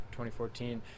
2014